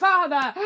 Father